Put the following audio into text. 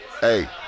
hey